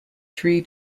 three